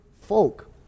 folk